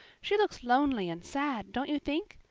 she looks lonely and sad, don't you think?